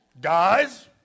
Guys